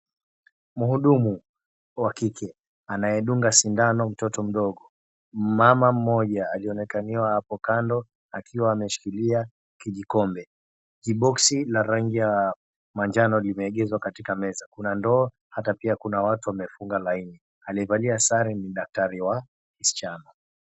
Mhudumu, wa kike, anayedunga sindano mtoto mdogo. Mama moja akionekaniwa hapo kando akiwa ameshikilia kijikombe. Kiboksi la rangi ya manjano limeegezwa katika meza. Kuna ndoo, hata pia kuna watu wamefunga laini. Aliyevalia sare ni daktari wa msichana.